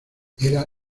era